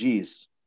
Gs